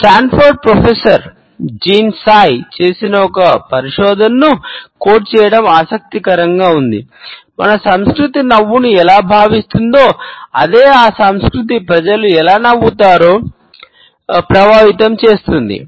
Stanford చేయడం ఆసక్తికరంగా ఉంది మన సంస్కృతి నవ్వును ఎలా భావిస్తుందో అదే ఆ సంస్కృతి ప్రజలు ఎలా నవ్వుతారో ప్రభావితం చేస్తుంది